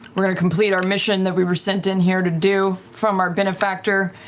we're going to complete our mission that we were sent in here to do from our benefactor,